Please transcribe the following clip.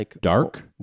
Dark